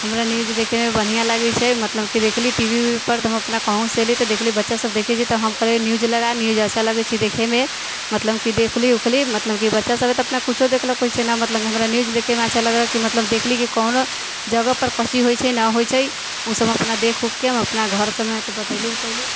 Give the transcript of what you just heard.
हमरा न्यूज देखयमे बन्हिया लागै छै मतलब कि देखली टीवी उवीपर तऽ हम अपना कहुँसँ अयली तऽ देखली बच्चासभ देखै छै तऽ हम कहली न्यूज लगा न्यूज अच्छा लगै छै देखैमे मतलब कि देखली उखली मतलब कि बच्चासभके तऽ अपना कुछो देखलक ओहिसँ ना मतलब हमरा न्यूज देखयमे अच्छा लगै हइ मतलब कि देखली की कोनो जगहपर कथी होइ छै ना होइ छै ओसभ हम अपना देख ऊखके अपना घर सभमे बतयली उतयली